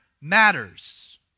matters